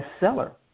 bestseller